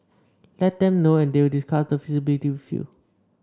let them know and they will discuss the feasibility with you